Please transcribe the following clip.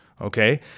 Okay